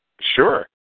Sure